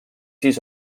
siis